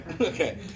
Okay